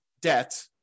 debt